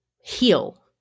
heal